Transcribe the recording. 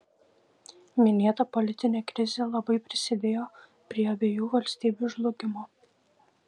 minėta politinė krizė labai prisidėjo prie abiejų valstybių žlugimo